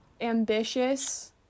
ambitious